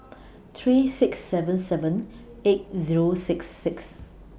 three six seven seven eight Zero six six